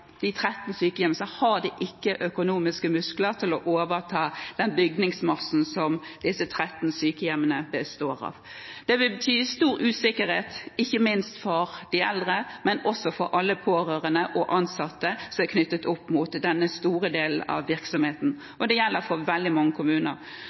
disse 13 sykehjemmene, hadde de ikke hatt økonomiske muskler til å overta bygningsmassen som disse 13 sykehjemmene består av. Det ville betydd stor usikkerhet, ikke minst for de eldre, men også for alle pårørende og ansatte som er knyttet til denne store delen av